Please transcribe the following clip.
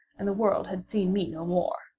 and the world had seen me no more.